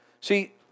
See